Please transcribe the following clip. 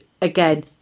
again